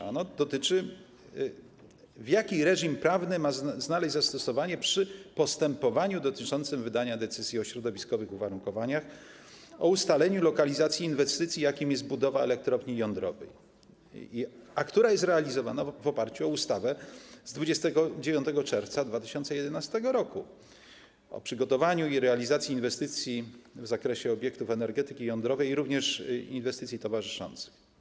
Ano dotyczy tego, jaki reżim prawny ma znaleźć zastosowanie przy postępowaniu dotyczącym wydania decyzji o środowiskowych uwarunkowaniach przy ustalaniu lokalizacji inwestycji, jaką jest budowa elektrowni jądrowych, a która jest realizowana na podstawie ustawy z 29 czerwca 2011 r. o przygotowaniu i realizacji inwestycji w zakresie obiektów energetyki jądrowej oraz inwestycji towarzyszących.